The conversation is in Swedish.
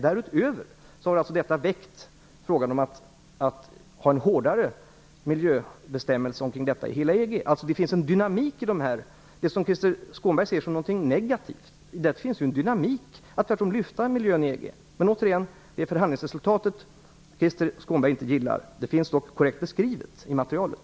Därutöver har frågan väckts om att ha en hårdare miljöbestämmelse om detta i hela EG. Det finns alltså en dynamik i det hela, som Krister Skånberg ser som någonting negativt. Det är förhandlingsresultatet Krister Skånberg inte gillar. Det finns dock korrekt beskrivet i materialet.